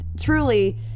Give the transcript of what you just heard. truly